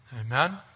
Amen